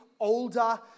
older